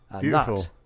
beautiful